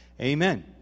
amen